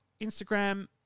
Instagram